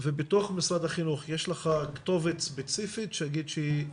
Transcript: ויש לך כתובת ספציפית בתוך משרד החינוך,